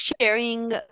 sharing